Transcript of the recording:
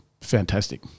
fantastic